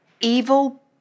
evil